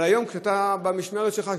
אבל היום כשאתה במשמרת שלך,